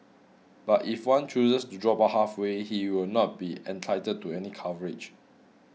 but if one chooses to drop out halfway he will not be entitled to any coverage